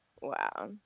Wow